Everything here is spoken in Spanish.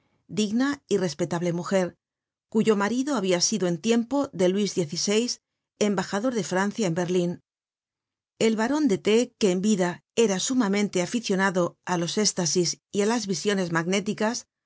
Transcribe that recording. digna y respetable mujer cuyo marido habia sido en tiempo de luis xvi embajador de francia en berlin el baron de t que en vida era sumamente aficionado á los éstasis y á las visiones magnéticas